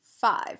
five